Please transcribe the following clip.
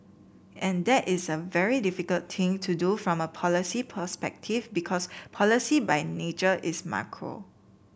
and that is a very difficult thing to do from a policy perspective because policy by nature is macro